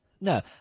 No